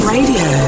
Radio